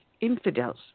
infidels